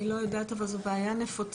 אני לא יודעת אבל זו בעיה נפוצה.